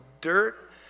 dirt